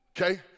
Okay